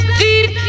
deep